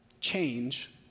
Change